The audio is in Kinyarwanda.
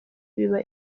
biba